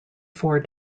four